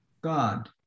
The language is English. God